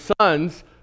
sons